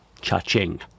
Cha-ching